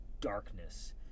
darkness